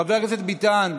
חבר הכנסת ביטן,